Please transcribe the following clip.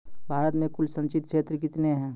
भारत मे कुल संचित क्षेत्र कितने हैं?